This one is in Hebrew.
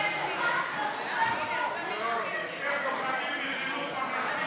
אתם פוחדים מחינוך ממלכתי